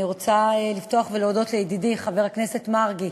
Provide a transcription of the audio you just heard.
אני רוצה לפתוח ולהודות לידידי חבר הכנסת מרגי